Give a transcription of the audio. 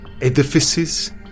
edifices